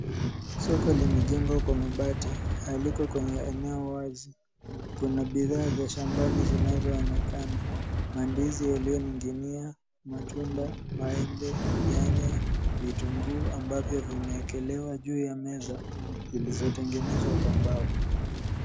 Soko limejengwa kwa mabati na liko kwenye eneo wazi. Kuna bidhaa za shambani zinazoonekana, mandizi yaliyoning'inia ,matunda, maembe, nyanya na vitunguu ambavyo vimeekelewa juu ya meza zilizotegenezwa kwa mbao.